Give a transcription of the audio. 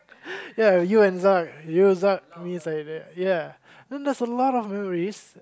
ya you and Zack you Zack me ya then that's a lot of memories